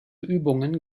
übungen